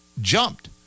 jumped